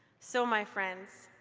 so my friends,